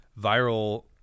viral